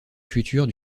future